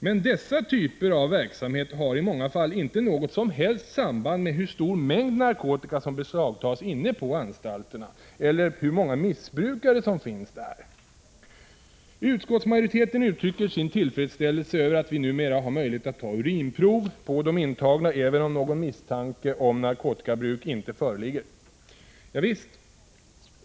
Men dessa typer av verksamhet har i många fall inte något som helst samband med hur stor mängd narkotika som beslagtas inne på anstalterna eller hur många missbrukare som finns där. Utskottsmajoriteten uttrycker sin tillfredsställelse över att vi numera har möjlighet att ta urinprov på de intagna även om någon misstanke om narkotikabruk inte föreligger. Javisst!